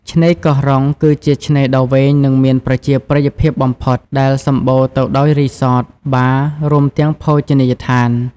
ឆ្នេរកោះរ៉ុង គឺជាឆ្នេរដ៏វែង និងមានប្រជាប្រិយភាពបំផុត ដែលសម្បូរទៅដោយរីសត បារ រួមទាំងភោជនីយដ្ឋាន។